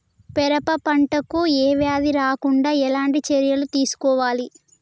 పెరప పంట కు ఏ వ్యాధి రాకుండా ఎలాంటి చర్యలు తీసుకోవాలి?